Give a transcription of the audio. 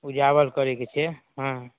उजावल करैके छै हँ